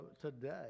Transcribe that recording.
today